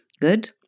good